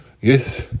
Yes